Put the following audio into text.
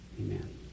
Amen